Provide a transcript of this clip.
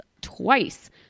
twice